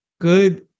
good